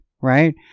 right